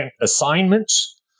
assignments